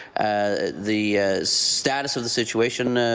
the status of the situation,